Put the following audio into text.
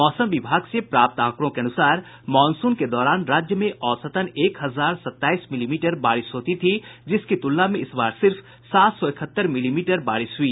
मौसम विभाग से प्राप्त आंकड़ों के अनुसार मॉनसून के दौरान राज्य में औसतन एक हजार सताईस मिलीमीटर बारिश होती थी जिसकी तुलना में इस बार सिर्फ सात सौ इकहत्तर मिलीमीटर बारिश हुई